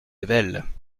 ayvelles